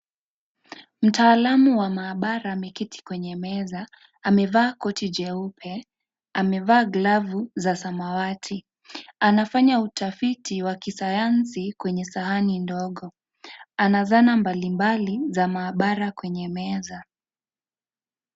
Mtaalamu wa maabara ameketi kwenye meza, amevaa koti jeupe, amevaa glavu za samawati, anafanya utafiti wa kisayansi kwenye sahani ndogo, ana zana mbalimbali za maabara kwenye meza.